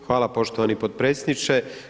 Hvala poštovani potpredsjedniče.